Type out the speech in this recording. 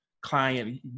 client